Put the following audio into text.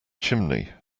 chimney